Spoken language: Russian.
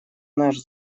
наш